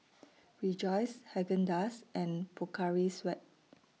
Rejoice Haagen Dazs and Pocari Sweat